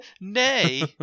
Nay